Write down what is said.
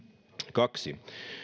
kaksi